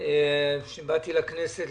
כשהגעתי לכנסת,